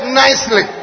nicely